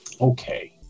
Okay